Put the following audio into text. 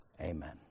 Amen